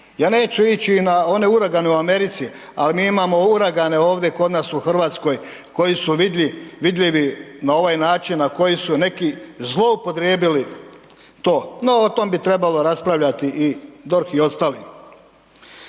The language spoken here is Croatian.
Ja neću ići i na one uragane u Americi, ali mi imamo uragane ovdje kod nas u Hrvatskoj koji su vidljivi na ovaj način na koji su neki zloupotrijebili to. No, o tome bi trebalo raspravljati DORH i ostali.